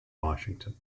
washington